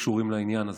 קשורים לעניין הזה,